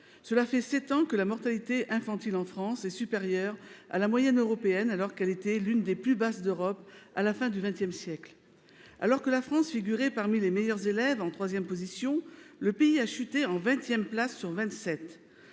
Cela fait sept ans que la mortalité infantile en France est supérieure à la moyenne européenne, alors qu'elle était l'une des plus basses d'Europe à la fin du XX siècle. Alors que la France figurait parmi les meilleurs élèves, en troisième position, le pays a chuté à la vingtième place sur